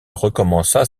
recommença